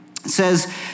says